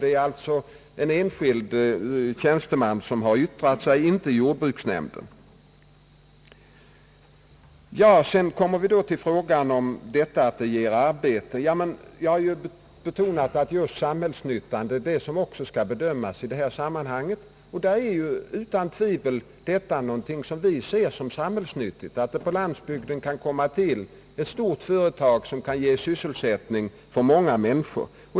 Det är alltså en enskild tjänsteman som har yttrat sig, inte jordbruksnämnden, Så kommer vi till frågan att företaget ger arbete. Jag har betonat att man också skall ta hänsyn till samhällsnyttan vid bedömningen, och vi ser det utan tvivel som något samhällsnyttigt att det på landsbygden kan startas ett stort företag som kan ge sysselsättning åt många människor.